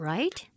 Right